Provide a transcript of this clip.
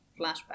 Flashback